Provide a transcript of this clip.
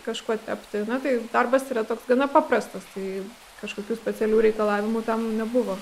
kažkuo tepti na tai darbas yra toks gana paprastas tai kažkokių specialių reikalavimų tam nebuvo